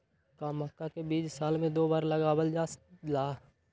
का मक्का के बीज साल में दो बार लगावल जला?